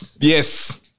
Yes